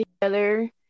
together